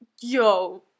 yo